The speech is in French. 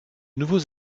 nouveaux